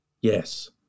Yes